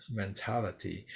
mentality